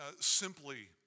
simply